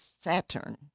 Saturn